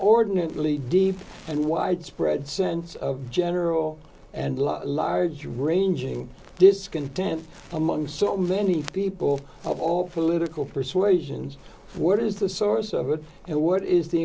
ordinary really deep and widespread sense of general and large ranging discontent among so many people of all political persuasions what is the source of it and what is the